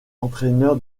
entraîneur